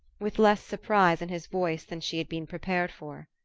with less surprise in his voice than she had been prepared for.